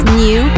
new